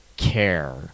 care